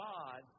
God